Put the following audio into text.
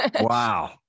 Wow